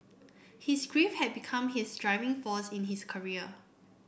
his grief had become his driving force in his career